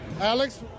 Alex